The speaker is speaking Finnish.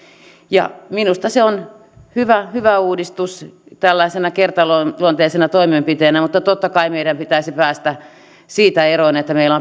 ja minusta se on hyvä hyvä uudistus tällaisena kertaluonteisena toimenpiteenä mutta totta kai meidän pitäisi päästä siitä eroon että meillä on